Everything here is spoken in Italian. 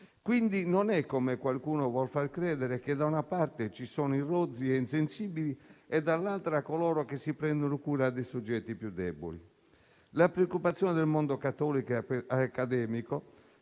Quindi non è, come qualcuno vuol far credere, che da una parte ci sono i rozzi e gli insensibili e dall'altra coloro che si prendono cura dei soggetti più deboli. La preoccupazione del mondo cattolico e accademico